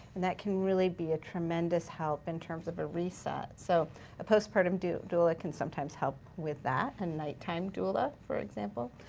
and that can really be a tremendous help in terms of a reset. so a postpartum doula doula can sometimes help with that, a nighttime doula, for example.